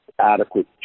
adequate